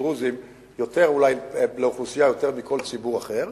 דרוזים לאוכלוסייה אולי יותר מכל ציבור אחר,